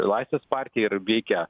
laisvės partija ir veikia